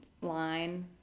line